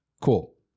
Cool